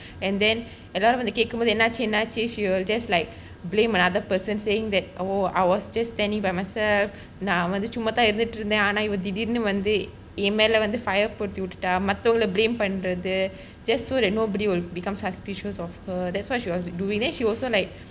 and then எல்லாரும் வந்து கேட்கும்போது என்னாச்சு என்னாச்சு:ellarum vanthu ketkumbothu ennachu ennachu she will just like blame another person saying that oh I was just standing by myself நான் வந்து சும்மா தான் இருந்தேன் இவன் தீடிர்னுவந்து என் மேல வந்து:naan vanthu summa than irunthaen ivan thidirnu vanthu en mela vanthu fire போட்டுவிட்டுட்டான் மத்தவங்கள பன்றது:pottuvittaan matthavangkala panrathu just so that nobody will become suspicious of her thats what she was doing then she also like